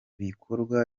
bikorwa